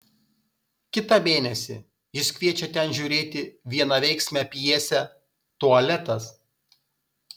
kitą mėnesį jis kviečia ten žiūrėti vienaveiksmę pjesę tualetas